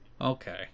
okay